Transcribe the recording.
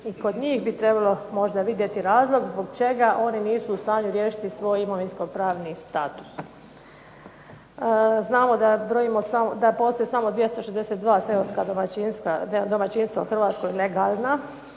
i kod njih bi trebalo možda vidjeti razlog zbog čega oni nisu u stanju riješiti svoj imovinsko-pravni status. Znamo da postoji samo 262 seoska domaćinstva u Hrvatskoj legalna